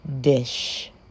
dish